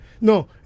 No